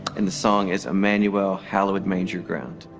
and the song is emmanuel hallowed manger ground.